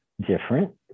different